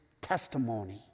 testimony